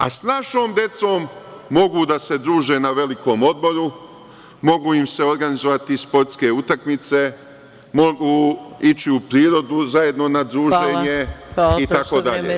A, sa našom decom mogu da se druže na velikom odmoru, mogu im se organizovati sportske utakmice, mogu ići u prirodu zajedno na druženje itd.